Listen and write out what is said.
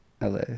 la